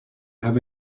have